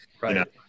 right